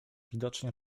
widocznie